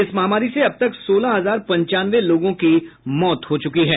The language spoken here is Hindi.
इस महामारी से अब तक सोलह हजार पंचानवे लोगों की मौत हो चुकी है